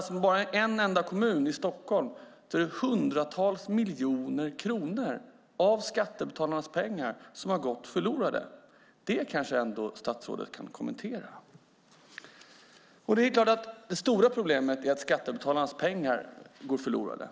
I bara en enda kommun, Stockholms kommun, handlar det om hundratals miljoner kronor av skattebetalarnas pengar som gått förlorade. Det kan kanske statsrådet ändå kommentera. Det är klart att det stora problemet är att skattebetalarnas pengar går förlorade.